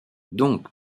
donc